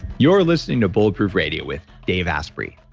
you're listening to bulletproof radio with dave asprey